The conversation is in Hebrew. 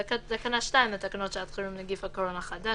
בתקנה 2 לתקנות שעת חירום (נגיף הקורונה החדש)